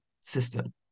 system